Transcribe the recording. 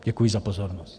Děkuji za pozornost.